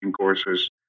courses